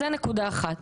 זאת נקודה אחת.